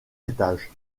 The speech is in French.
étages